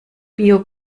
bio